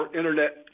internet